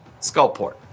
Skullport